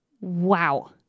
Wow